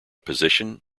position